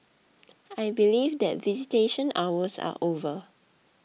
I believe that visitation hours are over